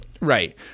Right